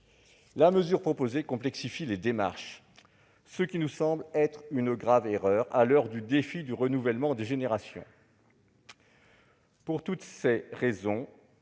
la mesure proposée complexifie les démarches, ce qui nous semble une grave erreur à l'heure du défi du renouvellement des générations. Pour toutes ces raisons,